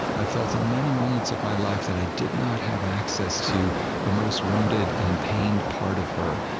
i felt in many moments of my life that i did not have access to the most wounded and pained part of her.